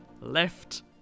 left